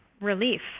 relief